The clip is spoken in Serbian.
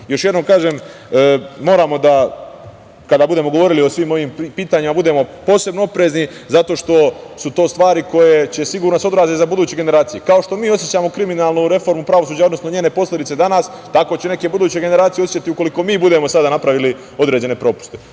jednom kažem, moramo da, kada budemo govorili o svim ovim pitanjima budemo posebno oprezni, zato što su to stvari koje će sigurno da se odraze za buduće generacije, kao što mi osećamo kriminalnu reformu u pravosuđu, odnosno njene posledice danas, tako će neke buduće generacije osećati, ukoliko mi budemo sada napravili određene propuste.